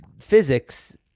physics